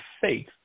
faith